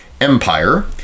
Empire